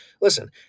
listen